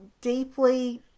deeply